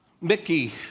Mickey